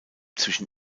zwischen